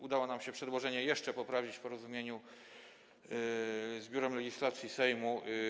Udało nam się przedłożenie jeszcze poprawić w porozumieniu z Biurem Legislacyjnym Kancelarii Sejmu.